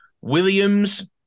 Williams